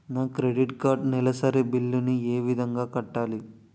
నా credit card నెలసరి bill ని ఏ విధంగా కట్టాలి?